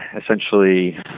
essentially